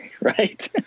Right